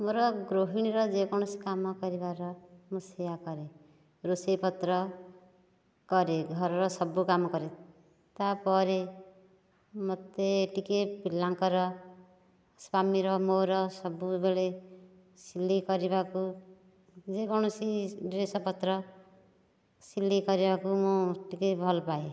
ମୋ'ର ଗୃହିଣୀର ଯେକୌଣସି କାମ କରିବାର ମୁଁ ସେଇଆ କରେ ରୋଷେଇପତ୍ର କରେ ଘରର ସବୁ କାମ କରେ ତା'ପରେ ମୋତେ ଟିକେ ପିଲାଙ୍କର ସ୍ୱାମୀର ମୋ'ର ସବୁବେଳେ ସିଲାଇ କରିବାକୁ ଯେକୌଣସି ଡ୍ରେସ୍ ପତ୍ର ସିଲାଇ କରିବାକୁ ମୁଁ ଟିକିଏ ଭଲପାଏ